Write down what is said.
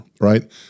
Right